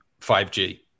5G